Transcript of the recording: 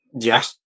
Yes